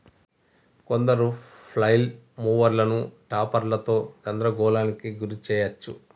కొందరు ఫ్లైల్ మూవర్లను టాపర్లతో గందరగోళానికి గురి చేయచ్చు